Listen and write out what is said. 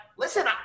Listen